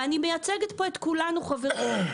ואני מייצגת פה את כולנו חברים,